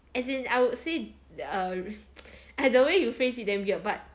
as in I would say err like the way you phrase it damn weird but